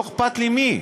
לא אכפת לי מי,